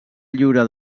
lliure